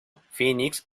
phoenix